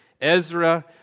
Ezra